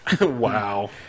Wow